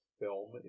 film